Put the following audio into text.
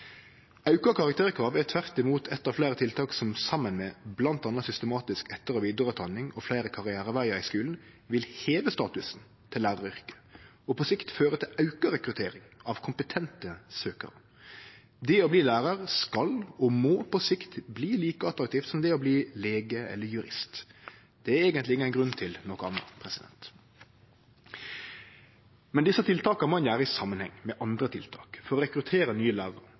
Auka karakterkrav er tvert imot eit av fleire tiltak som saman med bl.a. systematisk etter- og vidareutdanning og fleire karrierevegar i skulen vil heve statusen til læraryrket og på sikt føre til auka rekruttering av kompetente søkjarar. Det å bli lærar skal og må på sikt bli like attraktivt som det å bli lege eller jurist. Det er eigentleg ingen grunn til noko anna. Desse tiltaka må ein gjere i samanheng med andre tiltak – for å rekruttere nye lærarar,